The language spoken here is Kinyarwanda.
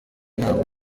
inama